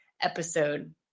episode